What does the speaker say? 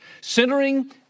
centering